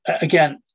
again